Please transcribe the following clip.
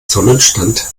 sonnenstand